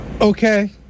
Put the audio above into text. Okay